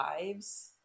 lives-